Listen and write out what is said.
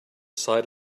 side